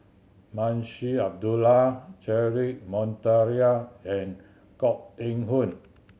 Munshi Abdullah Cedric Monteiro and Koh Eng Hoon